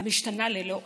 המשתנה ללא הרף.